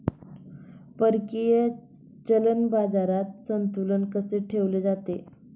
परकीय चलन बाजारात संतुलन कसे ठेवले जाते?